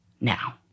now